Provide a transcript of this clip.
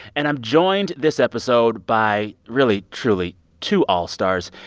and i'm joined this episode by, really, truly two all-stars,